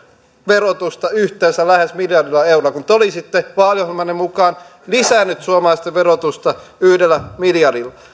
verotusta yhteensä lähes miljardilla eurolla kun te olisitte vaaliohjelmanne mukaan lisänneet suomalaisten verotusta yhdellä miljardilla